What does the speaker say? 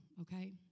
okay